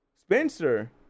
Spencer